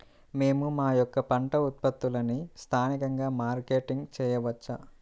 మేము మా యొక్క పంట ఉత్పత్తులని స్థానికంగా మార్కెటింగ్ చేయవచ్చా?